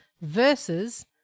versus